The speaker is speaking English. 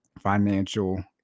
financial